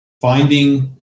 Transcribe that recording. Finding